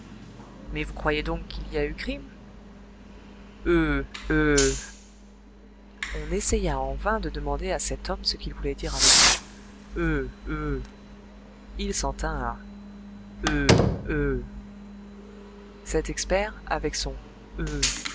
mais vous croyez donc qu'il y a eu crime euh euh on essaya en vain de demander à cet homme ce qu'il voulait dire avec son euh euh il s'en tint à euh euh cet expert avec son